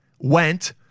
Went